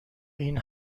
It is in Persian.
این